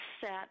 set